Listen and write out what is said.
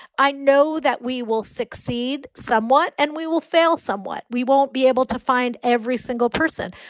i know that we will succeed somewhat, and we will fail somewhat. we won't be able to find every single person,